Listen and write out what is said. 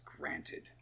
granted